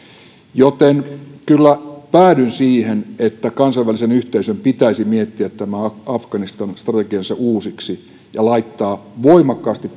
joten kyllä päädyn siihen että kansainvälisen yhteisön pitäisi miettiä tämä afganistan strategiansa uusiksi ja laittaa voimakkaasti